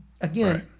Again